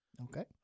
Okay